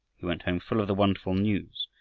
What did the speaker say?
he went home full of the wonderful news,